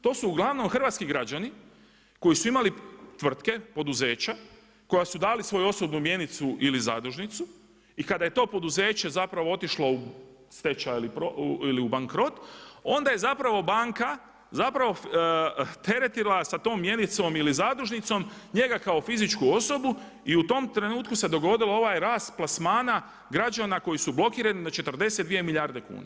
To su uglavnom hrvatski građani koji su imali tvrtke, poduzeća, koja su dali svoju osobnu mjenicu ili zadužnicu i kada je to poduzeće zapravo otišlo u stečaj ili bankrot, onda je zapravo banka, teretila sa tom mjenicom ili zadužnicom njega kao fizičku osobu i u tom trenutku se dogodilo ovaj rast plasmana građana koji su blokirani na 42 milijarde kuna.